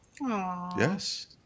yes